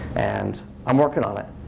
and i'm working on it.